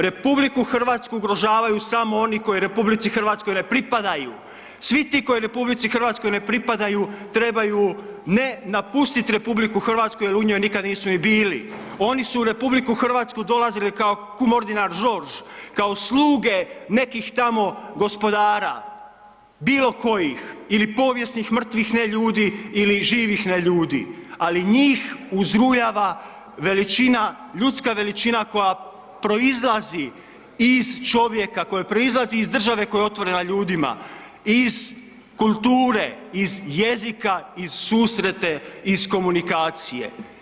RH ugrožavaju samo oni koji RH ne pripadaju. svi ti koji RH ne pripadaju trebaju ne napustiti RH jer u njoj nikad nisu ni bili, oni su u RH dolazili kao Kumordinar Žorž, kao sluge nekih tamo gospodara, bilokojih ili povijesnih mrtvih neljudi ili živih neljudi ali njih uzrujava veličina, ljudska koja proizlazi iz države koja je otvorena ljudima, iz kulture, iz jezika i susrete, iz komunikacije.